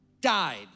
died